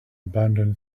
abandon